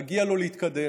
מגיע לו להתקדם,